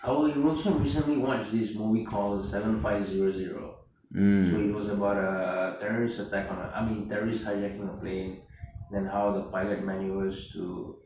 oh you also recently watched this movie call seven five zero zero so it was about a terrorist attack on the I mean terrorists hijacking a plane then how the pilot maneuvers to